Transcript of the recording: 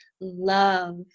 Love